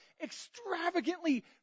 extravagantly